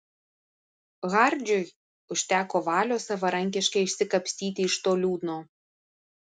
hardžiui užteko valios savarankiškai išsikapstyti iš to liūno